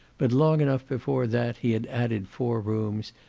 but long enough before that he had added four rooms,